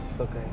Okay